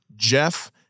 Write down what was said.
Jeff